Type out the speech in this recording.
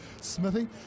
Smithy